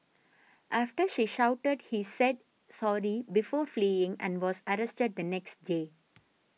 after she shouted he said sorry before fleeing and was arrested the next day